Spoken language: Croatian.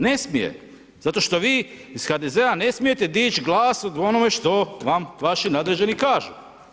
Ne smije, zato što vi iz HDZ-a ne smijete dići glas o onome što vam vaši nadređeni kažu.